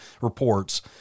reports